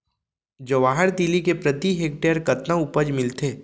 जवाहर तिलि के प्रति हेक्टेयर कतना उपज मिलथे?